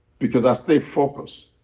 because i stay focused.